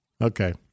okay